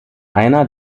einer